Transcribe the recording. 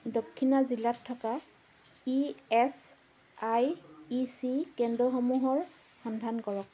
দক্ষিণা জিলাত থকা E S I E C কেন্দ্ৰসমূহৰ সন্ধান কৰক